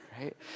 Right